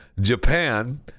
japan